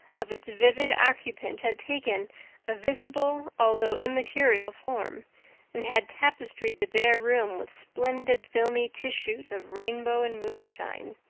of its vivid occupant had taken a visible although unmaterial form and had tapestried the bare room with splendid filmy tissues of rainbow and moonshine.